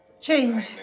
Change